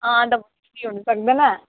अँ फ्री हुनु सक्दैन